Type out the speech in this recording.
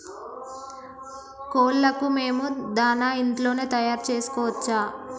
కోళ్లకు మేము దాణా ఇంట్లోనే తయారు చేసుకోవచ్చా?